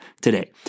today